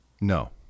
No